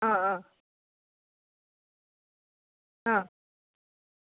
ആ ആ